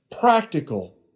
practical